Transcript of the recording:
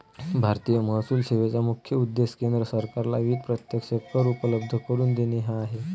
भारतीय महसूल सेवेचा मुख्य उद्देश केंद्र सरकारला विविध प्रत्यक्ष कर उपलब्ध करून देणे हा आहे